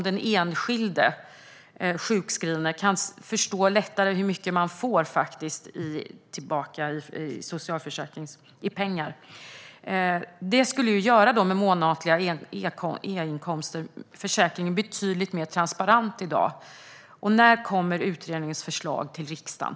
Den enskilde sjukskrivne ska lättare förstå hur mycket man får tillbaka i pengar. Med månatliga e-inkomster skulle försäkringen bli betydligt mer transparent. När kommer utredningens förslag till riksdagen?